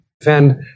Defend